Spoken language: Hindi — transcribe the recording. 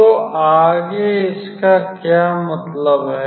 तो आगे इसका क्या मतलब है